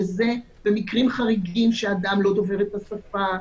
שזה במקרים חריגים שאדם לא דובר את השפה,